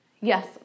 Yes